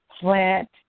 plant